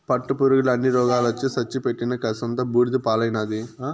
పట్టుపురుగుల అన్ని రోగాలొచ్చి సచ్చి పెట్టిన కర్సంతా బూడిద పాలైనాది